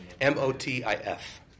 M-O-T-I-F